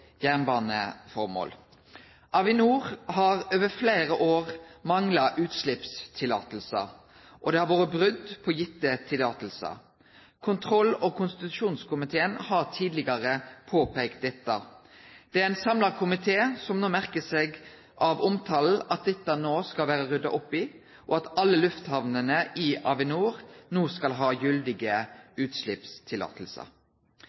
jernbaneformål. Avinor har over fleire år mangla utsleppsløyve, og det har vore brot på gitte løyve. Kontroll- og konstitusjonskomiteen har tidlegare peikt på dette. Det er ein samla komité som merker seg av omtalen at dette no skal vere rydda opp i, og at alle lufthamnene i Avinor no skal ha